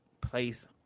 place